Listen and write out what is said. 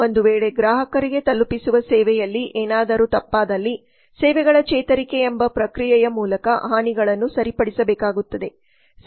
ಒಂದು ವೇಳೆ ಗ್ರಾಹಕರಿಗೆ ತಲುಪಿಸುವ ಸೇವೆಯಲ್ಲಿ ಏನಾದರೂ ತಪ್ಪಾದಲ್ಲಿ ಸೇವೆಗಳ ಚೇತರಿಕೆ ಎಂಬ ಪ್ರಕ್ರಿಯೆಯ ಮೂಲಕ ಹಾನಿಗಳನ್ನು ಸರಿಪಡಿಸಬೇಕಾಗುತ್ತದೆ